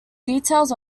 details